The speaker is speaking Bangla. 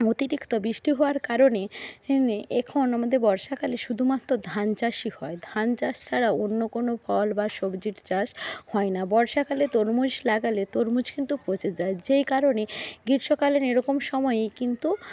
অতিরিক্ত বৃষ্টি হওয়ার কারণে এখন আমাদের বর্ষাকালে শুধুমাত্র ধান চাষই হয় ধান চাষ ছাড়া অন্য কোনো ফল বা সবজির চাষ হয় না বর্ষাকালে তরমুজ লাগালে তরমুজ কিন্তু পচে যায় যেই কারণে গ্রীষ্মকালীন এইরকম সময়েই কিন্তু